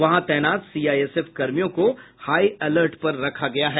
वहां तैनात सीआईएसएफ कर्मियों को हाई अलर्ट पर रखा गया है